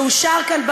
שאושר כאן,